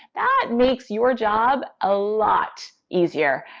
that makes your job a lot easier,